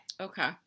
Okay